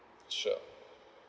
sure